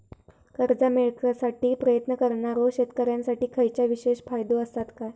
कर्जा मेळाकसाठी प्रयत्न करणारो शेतकऱ्यांसाठी खयच्या विशेष फायदो असात काय?